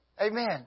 Amen